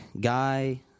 guy